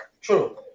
True